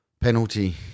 penalty